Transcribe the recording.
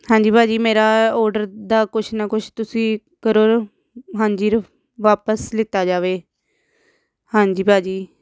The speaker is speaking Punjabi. ਹਾਂਜੀ ਭਾਅ ਜੀ ਮੇਰਾ ਔਡਰ ਦਾ ਕੁਛ ਨਾ ਕੁਛ ਤੁਸੀਂ ਕਰੋ ਹਾਂਜੀ ਵਾਪਸ ਲਿੱਤਾ ਜਾਵੇ ਹਾਂਜੀ ਭਾਅ ਜੀ